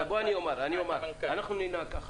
אנחנו ננהג ככה.